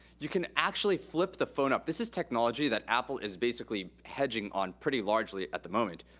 you can actually flip the phone up. this is technology that apple is basically hedging on pretty largely at the moment.